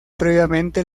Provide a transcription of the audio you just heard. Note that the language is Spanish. previamente